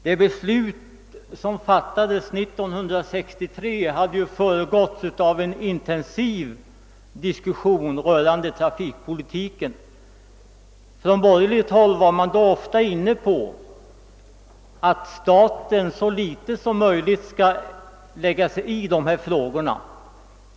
Det beslut som fattades 1963 hade ju föregåtts av en intensiv diskussion rörande trafikpolitiken. Från borgerligt håll var man då ofta inne på att staten så litet som möjligt skall lägga sig i dessa frågor.